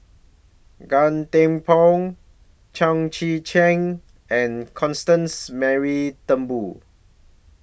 Gan Thiam Poh Chao Tzee Cheng and Constance Mary Turnbull